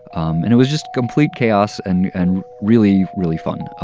um and it was just complete chaos and and really, really fun.